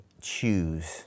choose